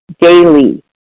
daily